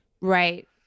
Right